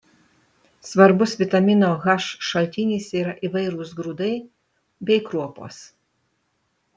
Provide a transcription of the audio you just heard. svarbus vitamino h šaltinis yra įvairūs grūdai bei kruopos